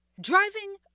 Driving